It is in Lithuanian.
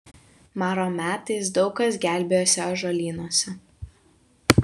maro metais daug kas gelbėjosi ąžuolynuose